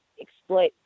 exploit